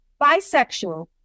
bisexual